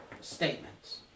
statements